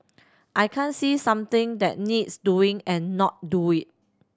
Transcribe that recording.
I can't see something that needs doing and not do it